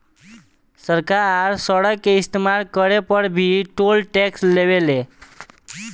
सरकार सड़क के इस्तमाल करे पर भी टोल टैक्स लेवे ले